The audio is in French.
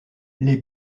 les